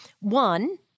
One